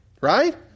Right